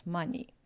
money